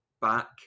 back